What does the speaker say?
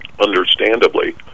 understandably